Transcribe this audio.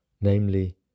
namely